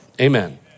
Amen